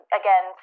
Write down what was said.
again